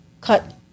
cut